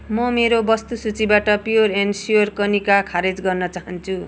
म मेरो वस्तु सूचीबाट प्योर एन्ड स्योर कनिका खारेज गर्न चाहन्छु